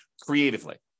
creatively